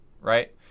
Right